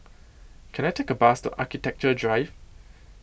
Can I Take A Bus to Architecture Drive